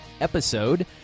episode